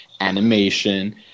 animation